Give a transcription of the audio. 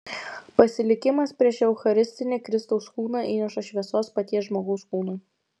pasilikimas prieš eucharistinį kristaus kūną įneša šviesos paties žmogaus kūnui